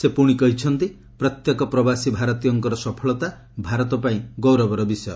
ସେ ପୁଣି କହିଛନ୍ତି ପ୍ରତ୍ୟେକ ପ୍ରବାସୀ ଭାରତୀୟଙ୍କର ସଫଳତା ଭାରତ ପାଇଁ ଗୌରବର ବିଷୟ